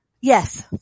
Yes